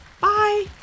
bye